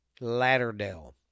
Latterdale